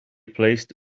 placed